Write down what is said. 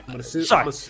Sorry